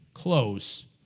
Close